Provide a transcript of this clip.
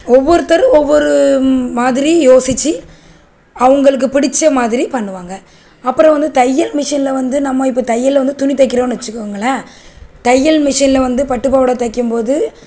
ஒவ்வொருத்தரும் ஒவ்வொரு மாதிரி யோசுச்சு அவங்களுக்கு பிடிச்ச மாதிரி பண்ணுவாங்க அப்புறம் வந்து தையல் மிஷினில் வந்து நம்ம இப்போ தையலில் வந்து துணி தைக்கிறோன்னு வச்சிக்கோங்களேன் தையல் மிஷனில் வந்து பட்டுபாவாடை தைக்கும்போது